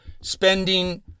spending